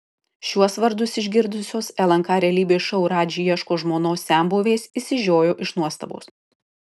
šiuos vardus išgirdusios lnk realybės šou radži ieško žmonos senbuvės išsižiojo iš nuostabos